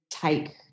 take